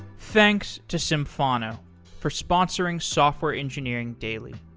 thanks to symphono for sponsoring software engineering daily.